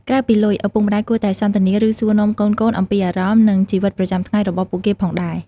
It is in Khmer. ក្រៅពីលុយ ឪពុកម្តាយគួរតែសន្ទនា ឬសួរនាំកូនៗអំពីអារម្មណ៍ និងជីវិតប្រចាំថ្ងៃរបស់ពួកគេផងដែរ។